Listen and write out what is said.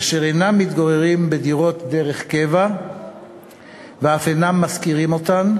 אשר אינם מתגוררים בדירות דרך קבע ואף אינם משכירים אותן,